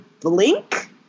blink